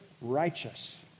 righteous